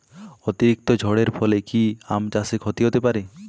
অতিরিক্ত ঝড়ের ফলে কি আম চাষে ক্ষতি হতে পারে?